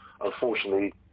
unfortunately